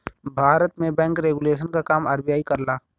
भारत में bank regulation क काम आर.बी.आई करला